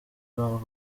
brown